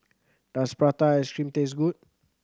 does prata ice cream taste good